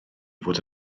fod